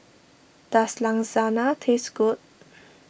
does Lasagna taste good